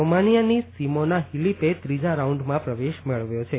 રોમનિયાની Simona હિલીપે ત્રીજા રાઉન્ડમાં પ્રવેશ મેળવ્યો છે